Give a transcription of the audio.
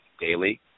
daily